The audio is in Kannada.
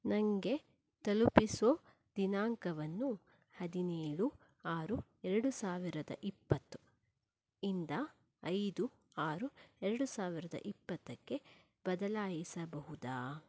ನನಗೆ ತಲುಪಿಸೋ ದಿನಾಂಕವನ್ನು ಹದಿನೇಳು ಆರು ಎರಡು ಸಾವಿರದ ಇಪ್ಪತ್ತು ಇಂದ ಐದು ಆರು ಎರಡು ಸಾವಿರದ ಇಪ್ಪತ್ತಕ್ಕೆ ಬದಲಾಯಿಸಬಹುದಾ